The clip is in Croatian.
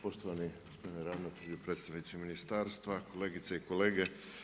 Poštovani gospodine ravnatelju, predstavnici ministarstva, kolegice i kolege.